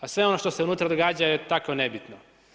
A sve ono što se unutra događa je tako nebitno.